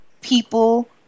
people